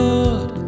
Lord